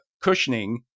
cushioning